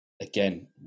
again